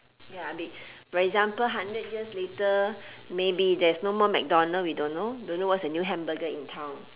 ya a bit for example hundred years later maybe there's no more madonald we don't know don't know what's the new hamburger in town